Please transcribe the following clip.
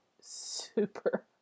super